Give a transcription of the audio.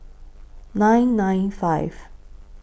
nine nine five